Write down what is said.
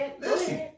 listen